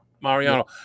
Mariano